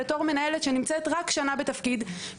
בתור מנהלת שנמצאת רק שנה בתפקיד,